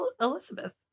Elizabeth